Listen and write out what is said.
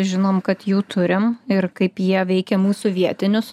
žinom kad jų turim ir kaip jie veikia mūsų vietinius